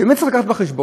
שבאמת צריך להביא בחשבון,